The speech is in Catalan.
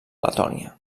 letònia